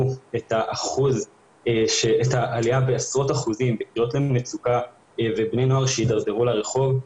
את העלייה בעשרות אחוזים בקריאות מצוקה ובני נוער שהידרדרו לרחוב.